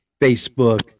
Facebook